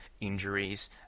injuries